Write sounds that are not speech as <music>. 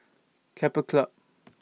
Keppel Club <noise>